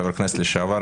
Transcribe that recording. חברי כנסת לשעבר,